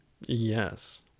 Yes